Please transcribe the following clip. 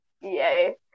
Yay